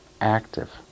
active